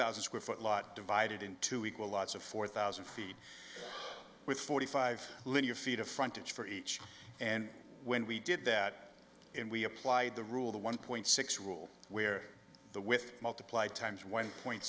thousand square foot lot divided into equal lots of four thousand feet with forty five linear feet of frontage for each and when we did that and we applied the rule the one point six rule where the with multiply times one point